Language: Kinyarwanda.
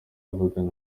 avugana